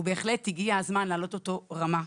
ובהחלט הגיע הזמן להעלות אותו רמה.